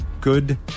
Good